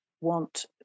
want